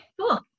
Cool